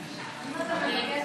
אני אענה לך עוד מעט.